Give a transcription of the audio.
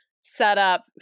setup